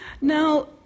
Now